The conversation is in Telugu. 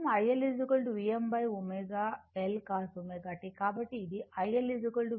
కాబట్టి ఇది iL Vmω L cos ω t